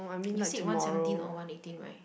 you said one seventeen or one eighteen right